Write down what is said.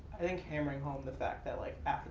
i think hammering home the fact that like